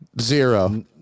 zero